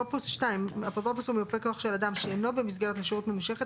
(2) אפוטרופוס או מיופה כוח של אדם שאינו במסגרת לשהות ממושכת